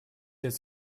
сеть